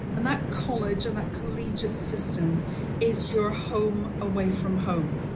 and that college, and that collegiate system is your home away from home.